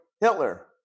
Hitler